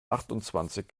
achtundzwanzig